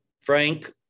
Frank